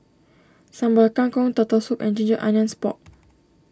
Sambal Kangkong Turtle Soup and Ginger Onions Pork